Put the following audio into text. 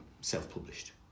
self-published